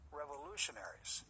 revolutionaries